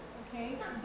okay